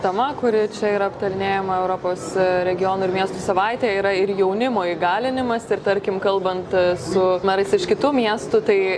tema kuri čia yra aptarinėjama europos regionų ir miestų savaitėje yra ir jaunimo įgalinimas ir tarkim kalbant su merais iš kitų miestų tai